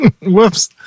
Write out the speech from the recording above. Whoops